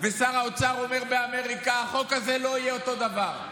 ושר האוצר אומר באמריקה: החוק הזה לא יהיה אותו דבר.